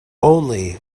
only